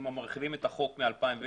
אם מרחיבים את החוק מ-2010.